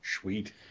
Sweet